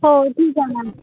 हो ठीक आहे मॅम